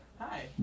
Hi